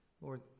Lord